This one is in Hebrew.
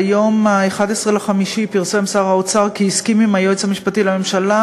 ביום 11 במאי פרסם שר האוצר כי הסכים עם היועץ המשפטי לממשלה